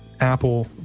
Apple